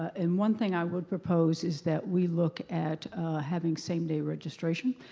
and one thing i would propose is that we look at having same-day registration,